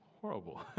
horrible